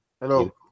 hello